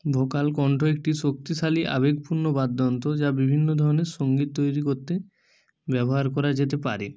vocal কন্ঠ একটি শক্তিশালী আবেগপূর্ণ বাদ্যযন্ত্র যা বিভিন্ন ধরনের সঙ্গীত তৈরি করতে ব্যবহার করা যেতে পারে